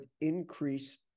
increase